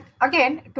again